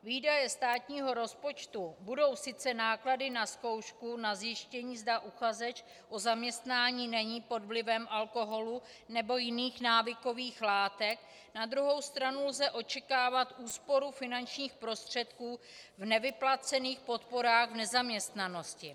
Výdaje státního rozpočtu budou sice náklady na zkoušku na zjištění, zda uchazeč o zaměstnání není pod vlivem alkoholu nebo jiných návykových látek, na druhou stranu lze očekávat úsporu finančních prostředků v nevyplacených podporách v nezaměstnanosti.